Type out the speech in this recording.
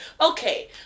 okay